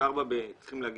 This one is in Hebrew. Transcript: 24 צריכים להגיע.